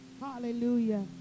Hallelujah